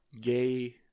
gay